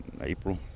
April